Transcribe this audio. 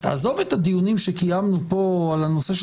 עזוב את הדיונים שקיימנו פה על הנושא של